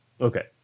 Okay